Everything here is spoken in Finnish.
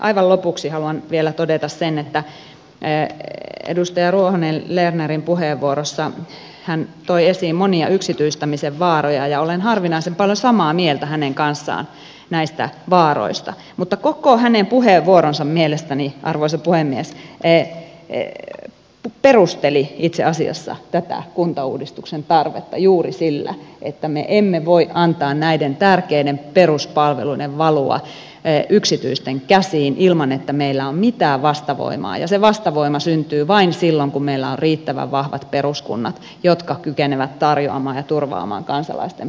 aivan lopuksi haluan vielä todeta sen että edustaja ruohonen lerner puheenvuorossaan toi esiin monia yksityistämisen vaaroja ja olen harvinaisen paljon samaa mieltä hänen kanssaan näistä vaaroista mutta koko hänen puheenvuoronsa mielestäni arvoisa puhemies perusteli itse asiassa tätä kuntauudistuksen tarvetta juuri sillä että me emme voi antaa näiden tärkeiden peruspalveluiden valua yksityisten käsiin ilman että meillä on mitään vastavoimaa ja se vastavoima syntyy vain silloin kun meillä on riittävän vahvat peruskunnat jotka kykenevät tarjoamaan ja turvaamaan kansalaisten